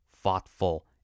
thoughtful